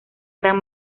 gran